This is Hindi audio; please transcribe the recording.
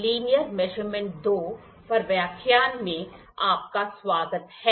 लिनियर मेजरमेंट 2 पर व्याख्यान में आपका स्वागत है